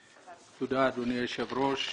תודה, אדוני היושב-ראש,